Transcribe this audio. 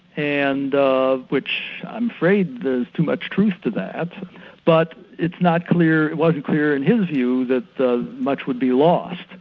and ah which i'm afraid there's too much truth to that, but it's not clear, wasn't clear in his view that much would be lost.